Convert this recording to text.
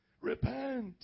Repent